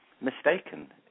mistaken